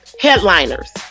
headliners